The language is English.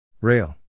Rail